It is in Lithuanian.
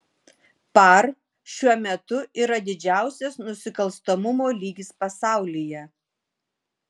par šiuo metu yra didžiausias nusikalstamumo lygis pasaulyje